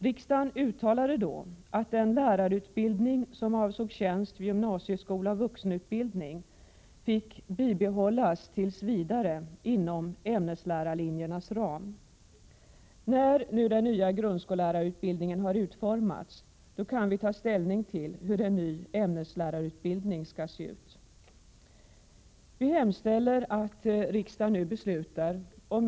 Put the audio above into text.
Riksdagen uttalade då att den lärarutbildning som avsåg tjänst vid gymnasieskola och vuxenutbildning fick bibehållas tills vidare inom ämneslärarlinjernas ram. När nu den nya grundskollärarutbildningen har utformats, kan vi ta ställning till hur en ny ämneslärarutbildning skall se ut.